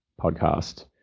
podcast